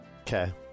Okay